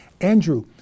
Andrew